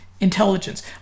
Intelligence